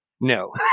No